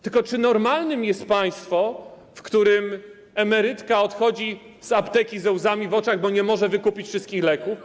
Tylko czy normalne jest państwo, w którym emerytka odchodzi z apteki ze łzami w oczach, bo nie może wykupić wszystkich leków?